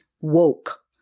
woke